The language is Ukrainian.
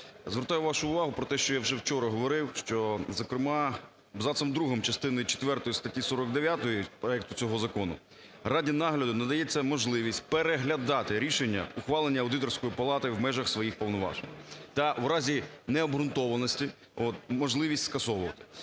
Звертаю вашу увагу про те, що я вже вчора говорив, що, зокрема, абзацом 2 частини четвертої статті 49 проекту цього закону Раді нагляду надається можливість переглядати рішення, ухвалених Аудиторською палатою в межах своїх повноважень, та в разі необґрунтованості можливість скасовувати.